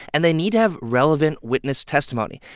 and they need to have relevant witness testimony.